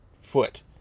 foot